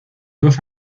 dos